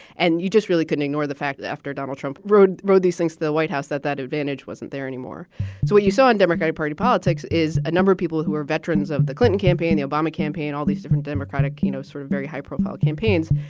and you just really couldn't ignore the fact that after donald trump rode the road, these things, the white house, that that advantage wasn't there anymore. so what you saw in democratic party politics is a number of people who are veterans of the clinton campaign, the obama campaign, all these different democratic, you know, sort of very high profile campaigns,